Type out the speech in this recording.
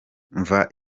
mva